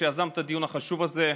שיזם את הדיון החשוב הזה.